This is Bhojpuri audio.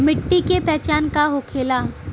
मिट्टी के पहचान का होखे ला?